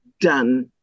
done